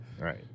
Right